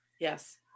Yes